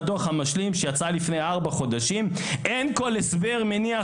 בדו"ח המשלים שיצא לפני ארבעה חודשים: "אין כל הסבר מניח